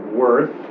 worth